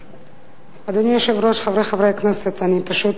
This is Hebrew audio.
אדוני היושב-ראש, חברי חברי הכנסת, אני פשוט